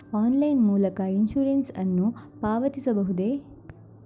Online ಮೂಲಕ insurance ನ್ನು ಪಾವತಿಸಬಹುದೇ?